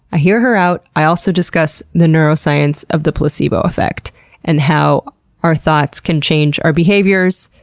i hear her out, i also discuss the neuroscience of the placebo effect and how our thoughts can change our behaviors.